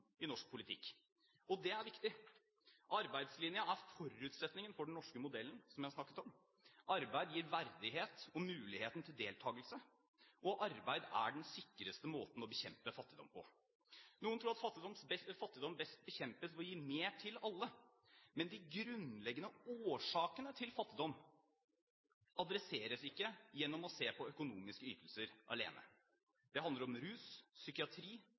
i norsk politikk, og det er viktig. Arbeidslinjen er forutsetningen for den norske modellen, som vi har snakket om. Arbeid gir verdighet og mulighet til deltakelse, og arbeid er den sikreste måten å bekjempe fattigdom på. Noen tror at fattigdom best bekjempes ved å gi mer til alle, men de grunnleggende årsakene til fattigdom adresseres ikke gjennom å se på økonomiske ytelser alene. Det handler om rus, psykiatri,